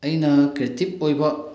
ꯑꯩꯅ ꯀ꯭ꯔꯤꯇꯤꯞ ꯑꯣꯏꯕ